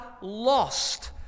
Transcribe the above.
lost